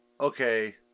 okay